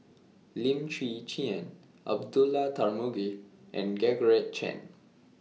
Lim Chwee Chian Abdullah Tarmugi and Georgette Chen